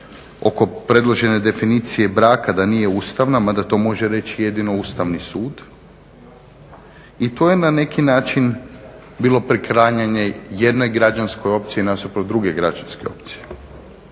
oko predložene definicije braka da nije ustavna, mada to može reći jedino Ustavni sud, i to je na neki način bilo priklanjanje jednoj građanskoj opciji nasuprot druge građanske opcije.